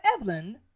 Evelyn